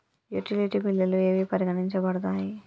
Utility బిల్లులు ఏవి పరిగణించబడతాయి?